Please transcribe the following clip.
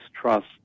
trust